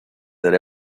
that